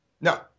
no